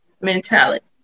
mentality